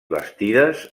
bastides